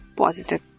positive